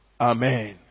Amen